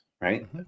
right